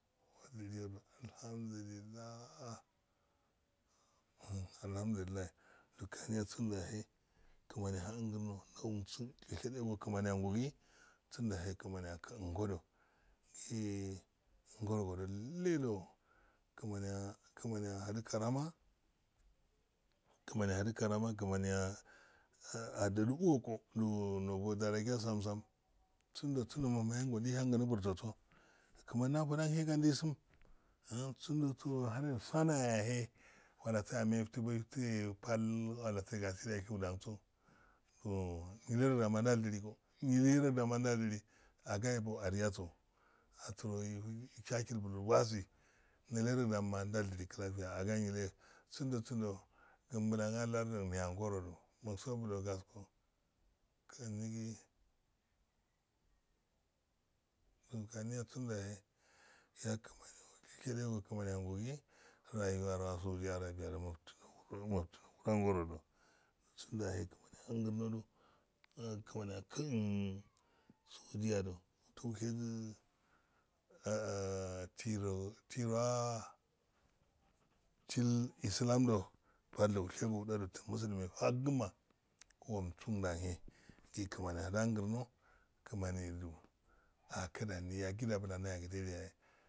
Odiliyadu alhamdulillahi-alhadulillahi do kaniya sendo yahe kimani aha en girno ndauson she shade go kimaneyandu gi sindo yate he kmani akitengodo ngoro gedo ihedo kmaniyar kmaniyar kmaniyar doliugu nobo dara zaja sam-sam sindo-sindo ma mayengo ndaihan ginobur so so kmani ofadanhe ani ndaisum sindoso sanay he walasa sindoso sanaya he walasa ame beifti he pal wla nse gasi da itsho danse yilerodan manddediliqu yilerodan ma ndaljili agaiebo ariyeso sirogi chache ibio ilwasi yilero dan sindo dimblan a lordigine ango rodu muso blo gasko khnigi kaniya sando yahe yakmani shesha dego kmaniyangu gi rayuwa rowa sudiyado arabiya ftim ne gu do ango rochu sindyahe kmani ahangirrodu kmani a sudiyado toushegi sirowah sil islando pal do ushego udo muslim me fagi ma gomsondahe gi kimni ahadan girno kmaniya a kidani yagidu blanda gagogiyadiya,